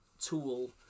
tool